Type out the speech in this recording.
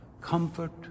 Comfort